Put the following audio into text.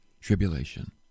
tribulation